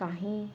কাঁহী